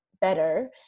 better